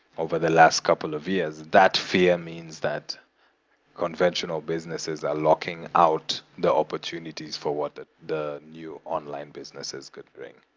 over the last couple of years, that fear means that conventional businesses are locking out the opportunities for what the the new online businesses could bring